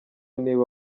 niba